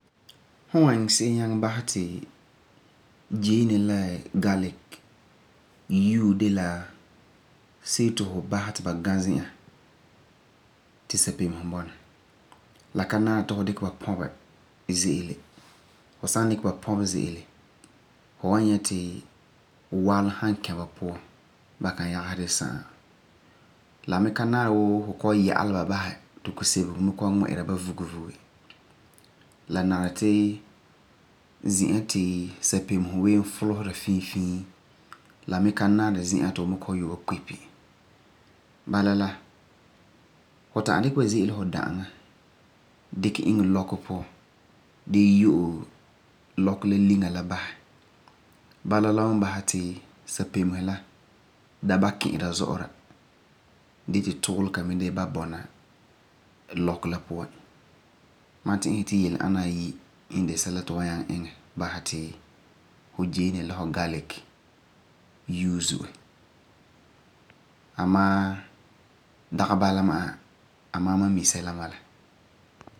Fu wan iŋɛ se'em nyaŋɛ basɛ ti geene la garlic yue de la see ti fu basɛ ti ba ga zi'an ti sapemesum bɔna. La ka nari ti fu dikɛ ba pɔbe ze'ele. Fu san dikɛ ba pɔbe ze'ele fu wan nyɛ ti wɔlum san kɛ ba puan ba yagese gee sagum. La mi nari wuu fu kɔ'ɔm ya'alɛ ba basɛ ti kusebego kɔ'ɔm ŋmi'ira vuki vuki. La nari ti zi'an ti sapemesum yee fulesa fii fii. La mi ka nari zi'an ti fu wan kɔ'ɔm vuge kipi. Bala la, fu ta'am dikɛ ba ze'ele fu da'aŋa dikɛ iŋɛ lɔkɔ puan dee yue lɔkɔ la liŋa la basɛ. Bala wan basɛ ti sapemesum la da ba kʦi'ira zo'ora gee ti duulega mi da ba bɔna. Amaa dagi bala ma'a, amaa mam misɛla n bala.